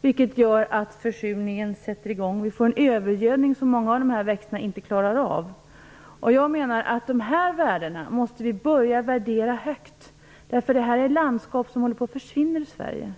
vilket gör att försurningen sätter fart. Det blir en övergödning som många av dessa växter inte klarar av. Dessa värden måste börja värderas högt. Det här är ett landskap som håller på att försvinna i Sverige.